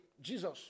Jesus